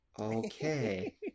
okay